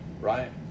right